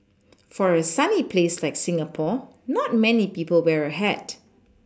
for a sunny place like Singapore not many people wear a hat